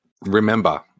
remember